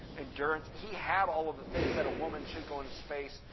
endurance. he had all of the things that a woman should go into space,